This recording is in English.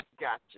gotcha